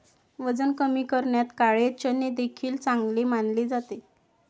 वजन कमी करण्यात काळे चणे देखील चांगले मानले जाते